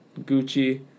Gucci